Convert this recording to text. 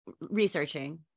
researching